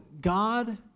God